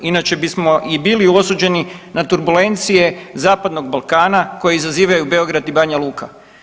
Inače bismo i bili osuđeni na turbulencije zapadnog Balkana koji zazivaju Beograd i Banja Luka.